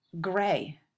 gray